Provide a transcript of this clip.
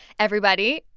everybody,